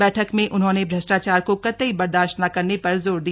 बैठक में उन्होंने भ्रष्टाचार को कतई बरदाश्त न करने पर जोर दिया